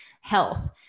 health